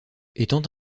étant